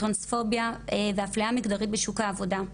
טרנספוביה ואפליה מגדרית בשוק העבודה.